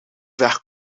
weg